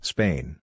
Spain